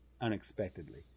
unexpectedly